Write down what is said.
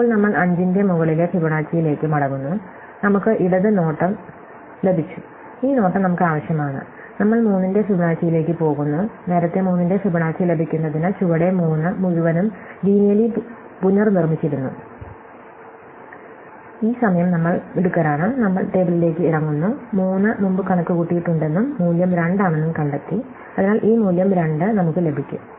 ഇപ്പോൾ നമ്മൾ 5 ന്റെ മുകളിലെ ഫിബൊനാച്ചിയിലേക്ക് മടങ്ങുന്നു നമുക്ക് ഇടത് നോട്ടം ലഭിച്ചു ഈ നോട്ടം നമുക്ക് ആവശ്യമാണ്നമ്മൾ 3 ന്റെ ഫിബൊനാച്ചിയിലേക്ക് പോകുന്നു നേരത്തെ 3 ന്റെ ഫിബൊനാച്ചി ലഭിക്കുന്നതിന് ചുവടെ 3 മുഴുവനും ലീനിയല്ലി പുനർനിർമ്മിച്ചിരുന്നു ഈ സമയം നമ്മൾ മിടുക്കരാണ് നമ്മൾ ടെബിളെലേക്ക് ഇറങ്ങുന്നു 3 മുമ്പ് കണക്കുകൂട്ടിയിട്ടുണ്ടെന്നും മൂല്യം 2 ആണെന്നും കണ്ടെത്തി അതിനാൽ ഈ മൂല്യം 2 നമുക്ക് ലഭിക്കും